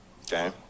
Okay